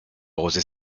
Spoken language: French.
arroser